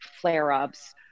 flare-ups